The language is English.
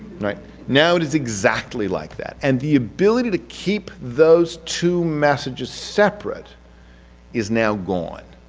now it is exactly like that, and the ability to keep those two messages separate is now gone.